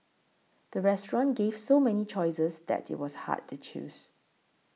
the restaurant gave so many choices that it was hard to choose